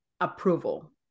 approval